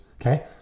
okay